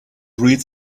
read